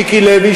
מיקי לוי,